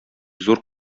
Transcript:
зур